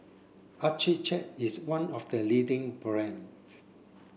Accucheck is one of the leading brands